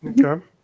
Okay